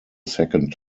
second